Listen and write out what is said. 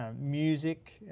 music